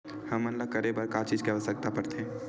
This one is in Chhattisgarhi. हमन ला करे बर का चीज के आवश्कता परथे?